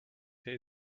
der